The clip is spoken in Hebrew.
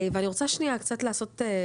ואני רוצה שנייה קצת לעשות.